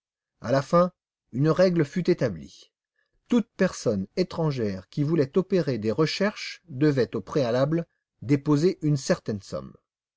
à la fin une règle fut établie toute personne étrangère qui voulait opérer des recherches devait au préalable déposer une certaine somme